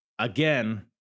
Again